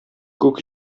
күк